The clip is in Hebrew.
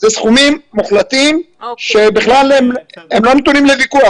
אלה סכומים מוחלטים שהם לא נתונים לוויכוח.